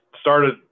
started